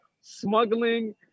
smuggling